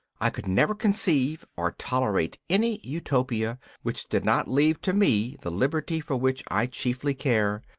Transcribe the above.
i could never conceive or tolerate any utopia which did not leave to me the liberty for which i chiefly care,